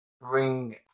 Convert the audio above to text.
bring